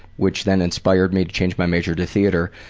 which then inspired me to change my major to theatre.